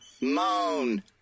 Moan